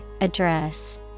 address